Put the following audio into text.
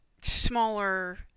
smaller